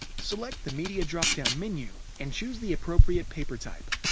select the media drop-down menu and choose the appropriate paper type.